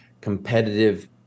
competitive